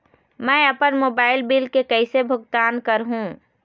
मैं अपन mobile bill के कैसे भुगतान कर हूं?